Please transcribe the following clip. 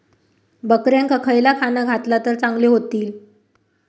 बकऱ्यांका खयला खाणा घातला तर चांगल्यो व्हतील?